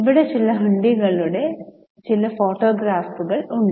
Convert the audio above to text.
ഇവിടെ ചില ഹുണ്ടികളുടെ ചില ഫോട്ടോഗ്രാഫുകൾ ഉണ്ട്